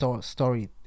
story